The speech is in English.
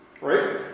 Right